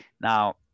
Now